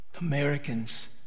Americans